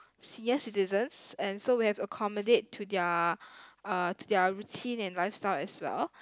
senior citizens and so we have to accommodate to their uh to their routine and lifestyle as well